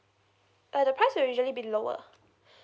uh the price will usually be lower